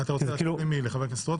להשיב למי, לחבר הכנסת רוטמן?